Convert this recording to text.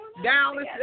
Dallas